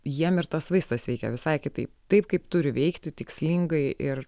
jiem ir tas vaistas veikia visai kitaip taip kaip turi veikti tikslingai ir